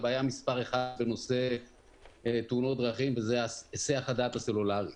הבעיה מס' 1 בנושא תאונות דרכים וזה היסח הדעת הסלולארי.